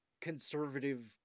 conservative